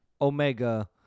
Omega